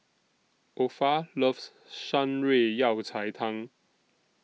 Opha loves Shan Rui Yao Cai Tang